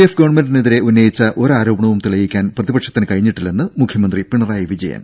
F ഗവൺമെന്റിനെതിരെ ഉന്നയിച്ച ഒരു ആരോപണ വും തെളിയിക്കാൻ പ്രതിപക്ഷത്തിന് കഴിഞ്ഞിട്ടില്ലെന്ന് മുഖ്യമന്ത്രി പിണറായി വിജയൻ